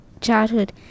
childhood